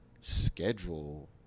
schedule